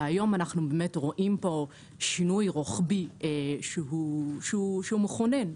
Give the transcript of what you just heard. היום אנחנו רואים שינוי רוחבי שהוא מכונן,